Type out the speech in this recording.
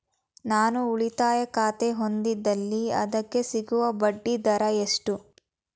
ನಾನು ಉಳಿತಾಯ ಖಾತೆ ಹೊಂದಿದ್ದಲ್ಲಿ ಅದಕ್ಕೆ ಸಿಗುವ ಬಡ್ಡಿ ದರ ಎಷ್ಟು?